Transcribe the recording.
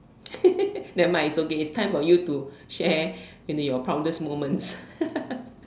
nevermind it's okay it's time for you to share into your proudest moments